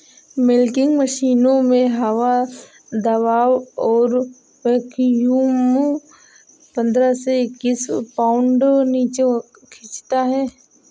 milking मशीनों में हवा दबाव को वैक्यूम पंद्रह से इक्कीस पाउंड नीचे खींचता है